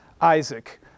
Isaac